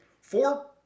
four